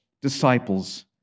disciples